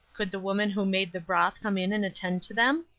could the woman who made the broth come in and attend to them?